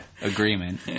agreement